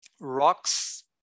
rocks